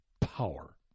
power